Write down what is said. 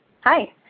Hi